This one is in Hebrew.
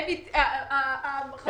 לא, ההפך.